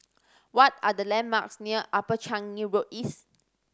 what are the landmarks near Upper Changi Road East